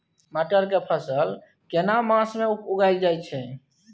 मटर के फसल केना मास में उगायल जायत छै?